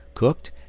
cooked,